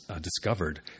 discovered